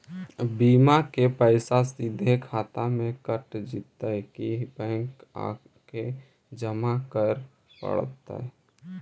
बिमा के पैसा सिधे खाता से कट जितै कि बैंक आके जमा करे पड़तै?